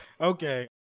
okay